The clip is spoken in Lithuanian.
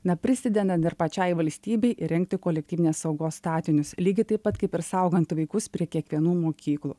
na prisidedant ir pačiai valstybei įrengti kolektyvinės saugos statinius lygiai taip pat kaip ir saugant vaikus prie kiekvienų mokyklų